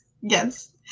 Yes